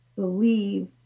Believe